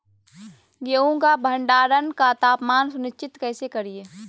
गेहूं का भंडारण का तापमान सुनिश्चित कैसे करिये?